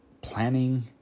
planning